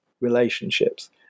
relationships